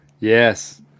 yes